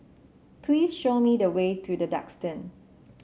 please show me the way to The Duxton